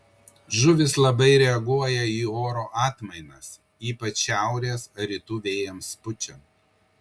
žuvys labai reaguoja į oro atmainas ypač šiaurės ar rytų vėjams pučiant